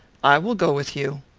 i will go with you.